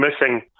missing